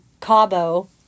Cabo